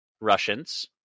Russians